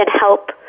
help